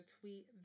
tweet